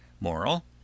Moral